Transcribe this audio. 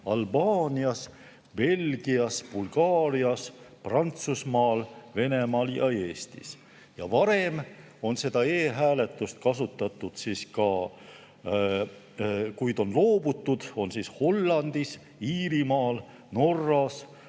Albaanias, Belgias, Bulgaarias, Prantsusmaal, Venemaal ja Eestis. Varem on e‑hääletust kasutatud, kuid sellest on loobutud Hollandis, Iirimaal, Norras,